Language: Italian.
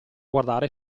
guardare